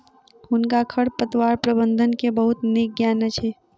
हुनका खरपतवार प्रबंधन के बहुत नीक ज्ञान अछि